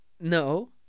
No